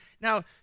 Now